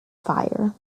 fire